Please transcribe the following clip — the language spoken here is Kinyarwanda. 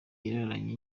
yararanye